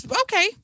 Okay